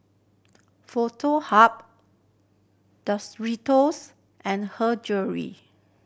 Foto Hub and Her Jewellery